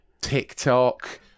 TikTok